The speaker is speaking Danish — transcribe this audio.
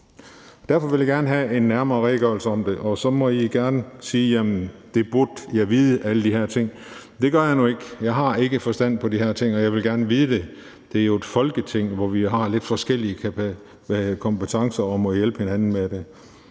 Derfor vil jeg gerne have en nærmere redegørelse om det. Og så må I gerne sige, at jamen alle de her ting burde jeg vide. Det gør jeg nu ikke. Jeg har ikke forstand på de her ting, og jeg vil gerne vide det. Det er jo et Folketing, hvor vi har lidt forskellige kompetencer og må hjælpe hinanden med det.